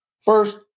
First